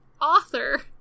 author